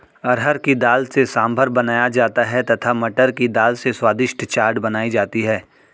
अरहर की दाल से सांभर बनाया जाता है तथा मटर की दाल से स्वादिष्ट चाट बनाई जाती है